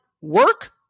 work